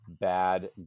bad